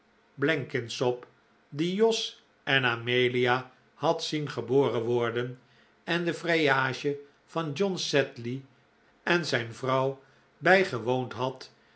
blenkinsop die jos en amelia had zien geboren worden en de vrijage van john sedley en zijn vrouw bijgewoond had